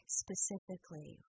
specifically